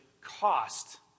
cost